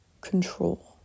control